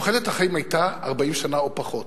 תוחלת החיים היתה 40 שנה או פחות.